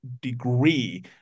degree